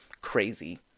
crazy